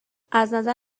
ازنظر